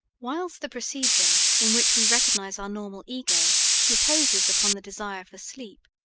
whilst the procedure in which we recognize our normal ego reposes upon the desire for sleep,